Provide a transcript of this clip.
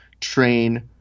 train